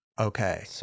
okay